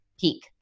peak